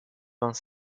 vingt